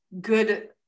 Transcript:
good